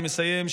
אני מסיים,